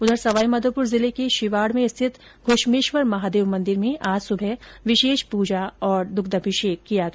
उधर सवाईमाधोपुर जिले के शिवाड में स्थित घुश्मेश्वर महादेव मंदिर में आज सुबह विशेष पूजा और दुग्धाभिषेक किया गया